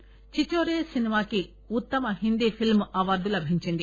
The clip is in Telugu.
చిచోరే సినిమాకి ఉత్తమ హిందీ ఫిల్మ్ అవార్డు లభించింది